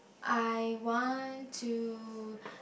I want to